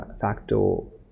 facto